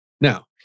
Now